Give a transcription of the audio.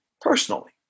personally